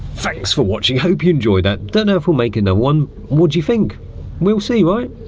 thanks for watching hope you enjoyed that don't know for making no one would you think we'll see right?